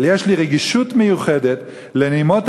אבל יש לי רגישות מיוחדת לנימות